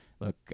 look